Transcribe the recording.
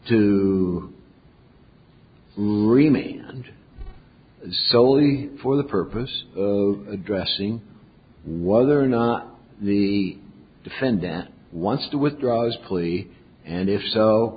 to remain and slowly for the purpose of addressing whether or not the defendant wants to withdraw his plea and if so